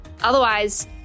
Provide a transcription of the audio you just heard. Otherwise